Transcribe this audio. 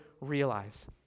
realize